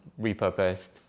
repurposed